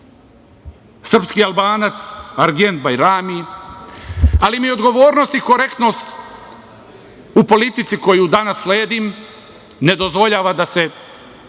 srpski Albanac Argjend Bajrami, ali mi odgovornost i korektnost u politici koju danas sledim ne dozvoljava da se